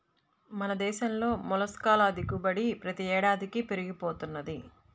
మన దేశంలో మొల్లస్క్ ల దిగుబడి ప్రతి ఏడాదికీ పెరిగి పోతున్నది